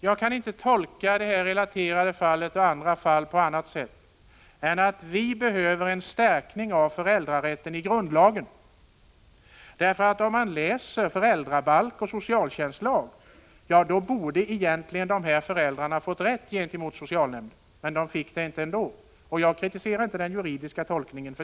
Jag kan inte tolka det relaterade fallet och andra fall på annat sätt än att vi behöver en stärkning av föräldrarätten i grundlagen, för om man läser föräldrabalken och socialtjänstlagen finner man att dessa föräldrar egentligen borde ha fått rätt gentemot socialnämnden. Men de fick inte rätt, och jag kritiserar för den skull inte den juridiska tolkningen.